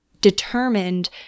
determined